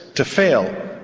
to fail,